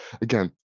Again